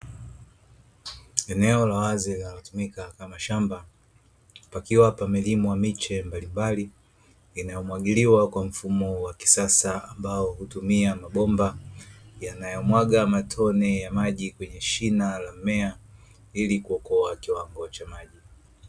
Eneo la wazi linalotumika kama shamba, pakiwa pamelimwa miche mbalimbali inayomwagiliwa kwa mfumo wa kisasa ambao hutumia mabomba; yanayomwaga matone ya maji kwenye shina la mmea ili kuokoa kiwango cha maji.